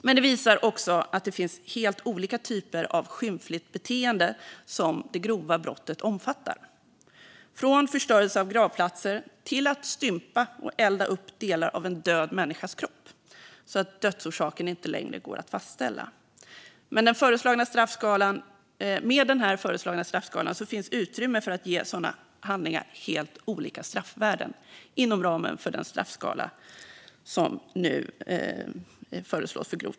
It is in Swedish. Men det visar också att det grova brottet omfattar helt olika typer av skymfligt beteende - från förstörelse av gravplatser till att stympa och elda upp delar av en död människas kropp så att dödsorsaken inte längre går att fastställa. Med den föreslagna straffskalan för grovt brott finns utrymme för att ge sådana handlingar helt olika straffvärden. Fru talman!